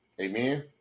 Amen